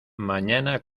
mañana